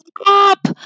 Stop